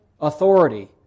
authority